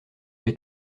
j’ai